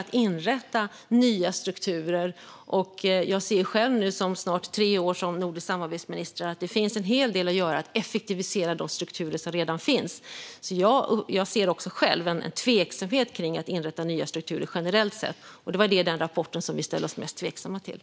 Efter att jag varit nordisk samarbetsminister i tre år ser jag att det finns en hel del att göra för att effektivisera strukturer som redan finns. Jag är själv tveksam till att man ska inrätta nya strukturer generellt sett. Det var detta i rapporten som vi ställde oss mest tveksamma till.